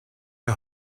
der